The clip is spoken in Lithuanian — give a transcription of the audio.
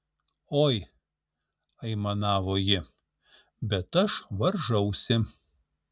oi aimanavo ji bet aš varžausi